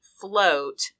float